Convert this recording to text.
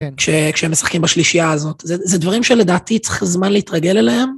כשהם משחקים בשלישייה הזאת, זה דברים שלדעתי צריך זמן להתרגל אליהם.